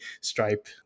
Stripe